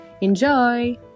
Enjoy